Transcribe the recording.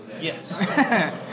Yes